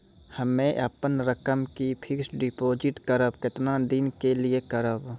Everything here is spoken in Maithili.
हम्मे अपन रकम के फिक्स्ड डिपोजिट करबऽ केतना दिन के लिए करबऽ?